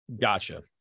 Gotcha